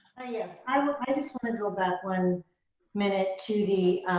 ah yeah i um ah i just wanted to go back one minute to the,